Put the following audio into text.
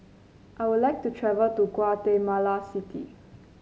I would like to travel to Guatemala City